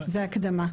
זה הקדמה.